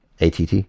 ATT